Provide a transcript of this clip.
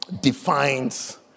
defines